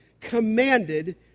commanded